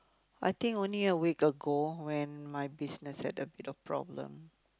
I think only a week ago when my business had a bit of problem